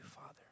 Father